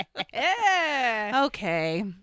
Okay